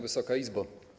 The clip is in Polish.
Wysoka Izbo!